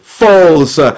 false